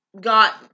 got